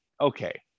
Okay